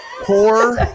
Poor